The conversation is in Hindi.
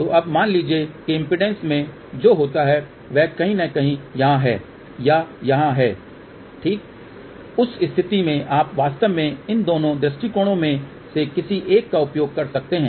तो अब मान लीजिए कि इम्पीडेन्स में जो होता है वह कहीं न कहीं यहाँ है या यहाँ है ठीक उस स्थिति में आप वास्तव में इन दोनों दृष्टिकोणों में से किसी एक का उपयोग कर सकते हैं